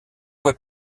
voie